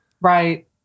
Right